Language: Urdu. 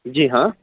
جی ہاں